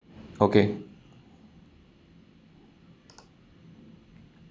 okay